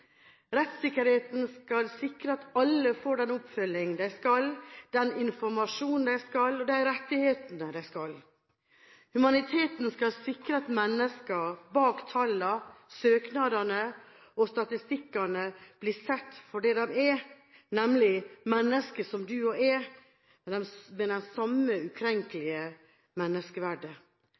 Rettssikkerheten skal sikre at alle får den oppfølgingen de skal ha, den informasjonen de skal ha, og de rettighetene de skal ha. Humaniteten skal sikre at menneskene bak tallene, søknadene og statistikkene blir sett som det de er, nemlig mennesker som du og jeg, med det samme ukrenkelige menneskeverdet.